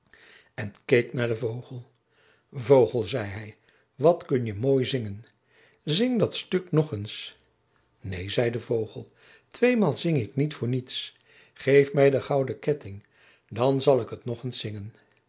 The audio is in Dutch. en keek naar den vogel vogel zei hij wat kun je mooi zingen zing dat stuk nog eens neen zei de vogel tweemaal zing ik niet voor niets geef mij de gouden ketting dan zal ik het nog eens zingen